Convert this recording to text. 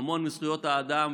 המון מארגוני זכויות האדם,